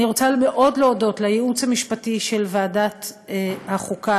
אני רוצה מאוד להודות לייעוץ המשפטי של ועדת החוקה,